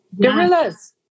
Gorillas